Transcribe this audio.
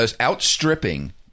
outstripping